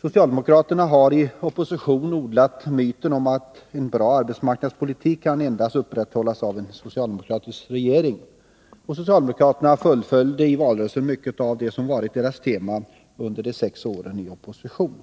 Socialdemokraterna har i opposition odlat myten om att en bra arbetsmarknadspolitik endast kan upprätthållas av en socialdemokratisk regering. Och socialdemokraterna fullföljde i valrörelsen mycket av det som varit deras tema under de sex åren i opposition.